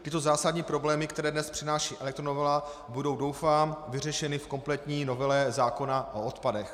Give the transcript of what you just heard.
Tyto zásadní problémy, které dnes přináší elektronovela, budou, doufám, vyřešeny v kompletní novele zákona o odpadech.